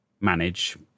manage